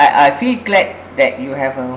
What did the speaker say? I I feel glad that you have a